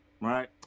Right